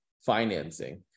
financing